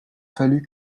fallu